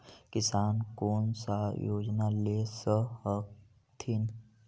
किसान कोन सा योजना ले स कथीन?